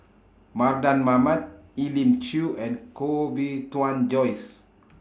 Mardan Mamat Elim Chew and Koh Bee Tuan Joyce